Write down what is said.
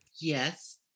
Yes